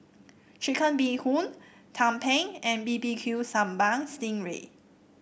Chicken Bee Hoon tumpeng and B B Q Sambal Sting Ray